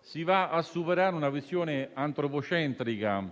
si supera una visione antropocentrica,